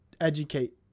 educate